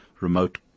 remote